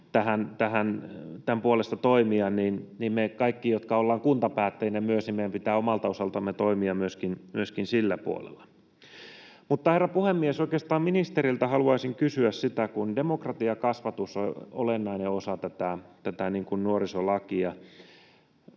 tämän puolesta toimia. Meidän kaikkien, jotka ollaan myös kuntapäättäjinä, pitää omalta osaltamme toimia myöskin sillä puolella. Herra puhemies, oikeastaan ministeriltä haluaisin kysyä: Demokratiakasvatus on olennainen osa tätä nuorisolakia.